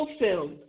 fulfilled